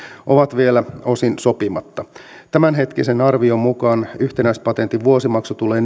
ovat vielä osin sopimatta tämänhetkisen arvion mukaan yhtenäispatentin vuosimaksu tulee